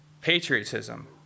patriotism